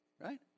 Right